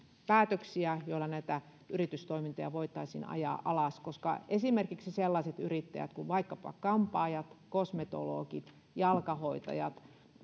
päätöksiä joilla näitä yritystoimintoja voitaisiin ajaa alas esimerkiksi sellaiset yrittäjät kuin vaikkapa kampaajat kosmetologit jalkahoitajat